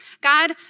God